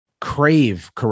crave